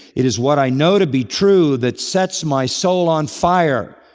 it is what i know to be true that sets my soul on fire.